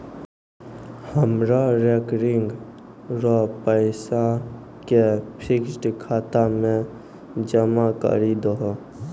हमरो रेकरिंग रो पैसा के फिक्स्ड खाता मे जमा करी दहो